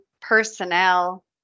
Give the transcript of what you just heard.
personnel